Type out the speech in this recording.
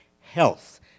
Health